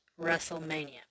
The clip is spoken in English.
WrestleMania